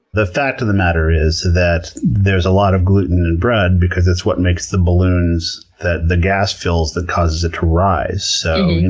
the fact of the matter is that there's a lot of gluten in bread because that's what makes the balloons that the gas fills that causes it to rise. so,